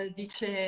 dice